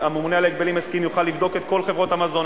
הממונה על ההגבלים העסקיים יוכל לבדוק את כל חברות המזון,